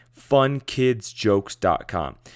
funkidsjokes.com